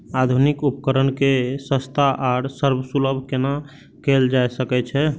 आधुनिक उपकण के सस्ता आर सर्वसुलभ केना कैयल जाए सकेछ?